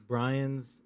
Brian's